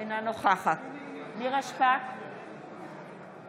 לנו היה חשוב מאוד שהנושא הזה של הטיפול ברגש,